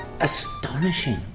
astonishing